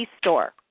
store